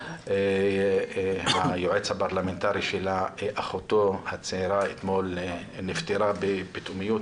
אחותו הצעירה של היועץ הפרלמנטרי שלה נפטרה בפתאומיות,